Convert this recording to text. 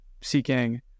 seeking